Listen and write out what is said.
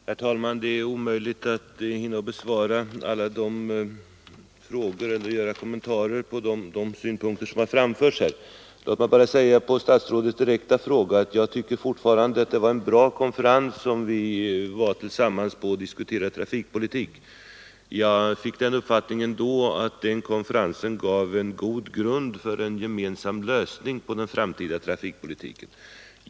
Herr talman! Det är omöjligt att hinna besvara alla de frågor som ställts och göra kommentarer till alla de synpunkter som framförts här. Låt mig bara säga som svar på statsrådets direkta fråga, att jag tycker fortfarande att det var en bra konferens som vi tillsammans diskuterade trafikpolitik på. Jag fick den uppfattningen då att konferensen gav en god grund för en gemensam lösning på den framtida trafikpolitiken.